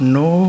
no